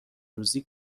روزی